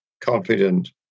confident